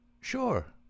Sure